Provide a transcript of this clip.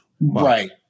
right